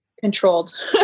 controlled